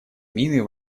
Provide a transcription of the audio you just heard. мины